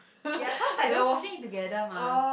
ya cause like we are watching it together mah